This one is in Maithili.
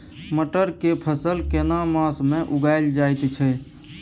मटर के फसल केना मास में उगायल जायत छै?